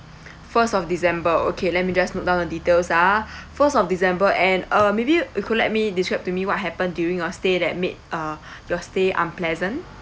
first of december okay let me just note down the details ah first of december and uh maybe you could let me describe to me what happened during your stay that made uh your stay unpleasant